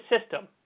system